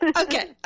Okay